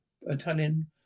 Italian